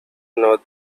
not